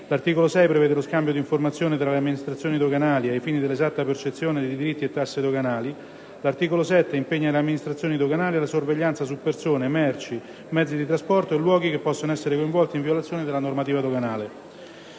L'articolo 6 prevede lo scambio d'informazioni tra le amministrazioni doganali ai fini dell'esatta percezione di diritti e tasse doganali. L'articolo 7 impegna le amministrazioni doganali alla sorveglianza su persone, merci, mezzi di trasporto e luoghi che possano essere coinvolti in violazioni alla normativa doganale.